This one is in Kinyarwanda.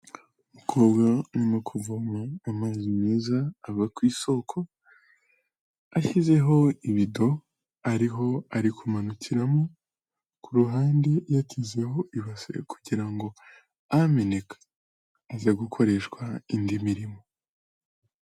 Umukobwa arimo mu kuvoma amazi meza ava ku isoko, ashyizeho ibido, ariho ari kumanukiramo, ku ruhande yatezeho ibase, kugira ngo ameneka aze gukoreshwa indi mirimo.